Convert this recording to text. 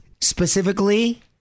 specifically